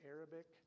Arabic